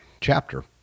chapter